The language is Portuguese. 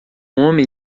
homem